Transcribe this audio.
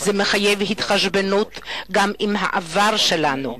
זה מחייב התחשבנות גם עם העבר שלנו,